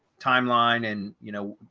timeline and you know,